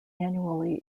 annually